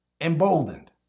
emboldened